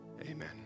Amen